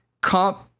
comp